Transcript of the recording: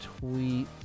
tweet